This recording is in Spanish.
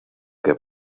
que